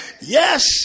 yes